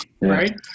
right